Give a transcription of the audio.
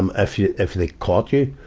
um, if you, if they caught you.